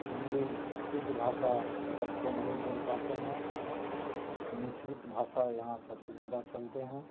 हिन्दी शुद्ध भाषा सबको नहीं बोल पाते हैं मिश्रित भाषा यहाँ सबसे ज़्यादा चलते हैं